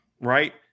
right